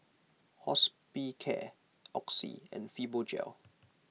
Hospicare Oxy and Fibogel